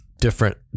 different